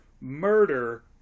Murder